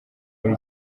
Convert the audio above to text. muri